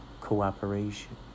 cooperation